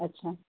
अच्छा